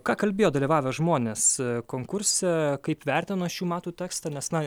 ką kalbėjo dalyvavę žmonės konkurse kaip vertina šių metų tekstą nes na